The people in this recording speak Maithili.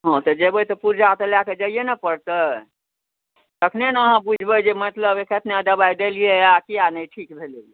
हँ तऽ जेबै तऽ पूर्जा तऽ लए कऽ जाइये न पड़तै तखने ने अहाँ बुझबै जे मतलब कतना दबाइ देलियै आ किए नहि ठीक भेलैया